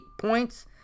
points